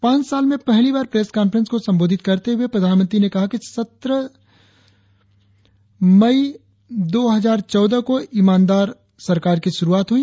पांच साल में पहली बार प्रेस कांफ्रेंस को संबोधित करते हुए प्रधानमंत्री ने कहा कि सत्रह में मई दो हजार चौदह को ईमानदार शुरुआत हुई